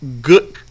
good